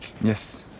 Yes